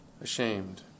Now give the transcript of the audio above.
ashamed